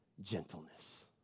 gentleness